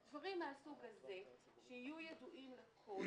באזור ג'דיידה מכר,